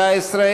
נתקבלה.